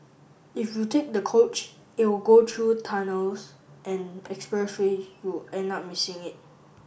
if you take the coach it will go through tunnels and expressways you end up missing it